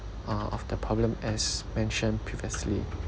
uh of the problem as mentioned previously